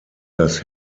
das